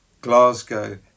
Glasgow